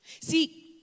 See